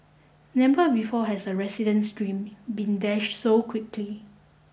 never before has a resident's dream been dashed so quickly